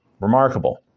Remarkable